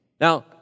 Now